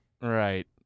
Right